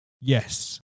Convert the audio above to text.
Yes